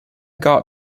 god